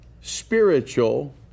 spiritual